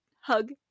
hug